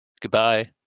Goodbye